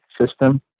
system